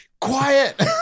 Quiet